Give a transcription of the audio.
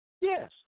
Yes